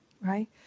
right